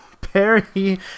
Perry